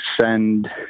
send